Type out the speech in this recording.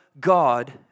God